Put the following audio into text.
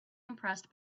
impressed